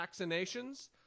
vaccinations